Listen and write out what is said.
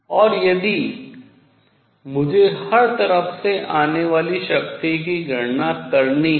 और यदि मुझे हर तरफ से आने वाली शक्ति की गणना करनी है